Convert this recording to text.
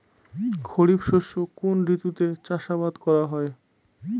খরিফ শস্য কোন ঋতুতে চাষাবাদ করা হয়?